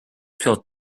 pill